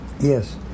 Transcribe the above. Yes